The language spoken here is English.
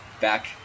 back